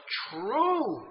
true